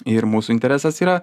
ir mūsų interesas yra